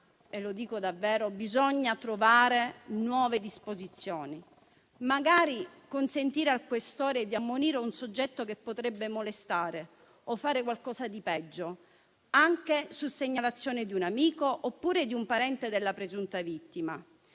- lo dico davvero - bisogna trovare nuove disposizioni, consentendo magari al questore di ammonire un soggetto che potrebbe molestare o fare qualcosa di peggio, anche su segnalazione di un amico oppure del parente di una presunta vittima.